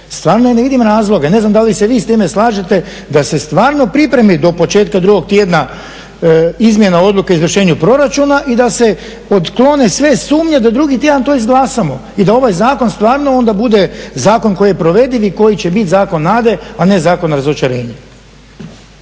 stvarno ne vidim razloga, ja ne znam da li se vi s time slažete da se stvarno pripremi do početka drugog tjedna izmjena odluke o izvršenju proračuna i da se otklone sve sumnje da drugi tjedan to izglasamo i da ovaj zakon stvarno onda bude zakon koji je provediv i koji će biti zakon nade, a ne zakon razočarenja.